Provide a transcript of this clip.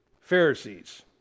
Pharisees